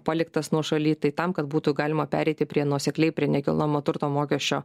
paliktas nuošaly tai tam kad būtų galima pereiti prie nuosekliai prie nekilnojamo turto mokesčio